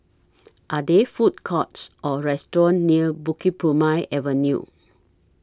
Are There Food Courts Or restaurants near Bukit Purmei Avenue